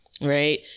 right